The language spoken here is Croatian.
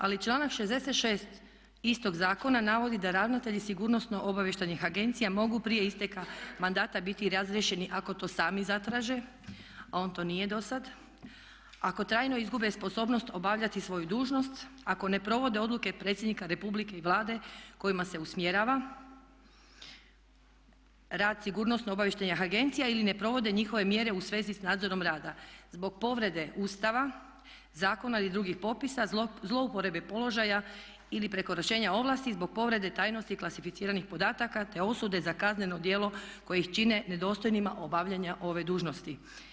Ali članak 66. istog zakona navode da ravnatelji sigurnosno-obavještajnih agencija mogu prije isteka mandata biti razriješeni ako to sami zatraže, a on to nije do sada, ako trajno izgube sposobnost obavljati svoju dužnost, ako ne provode odluke predsjednika Republike i Vlade kojima se usmjerava rad sigurnosno-obavještajnih agencija ili ne provode njihove mjere u svezi sa nadzorom rada, zbog povrede ustava, zakona ili drugih propisa, zlouporabe položaja ili prekoračenja ovlasti, zbog povrede i tajnosti klasificiranih podataka te osude za kazneno djelo kojih čine nedostojnima obavljanjima ove dužnosti.